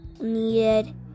needed